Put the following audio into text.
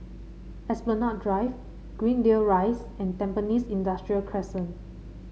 Esplanade Drive Greendale Rise and Tampines Industrial Crescent